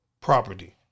property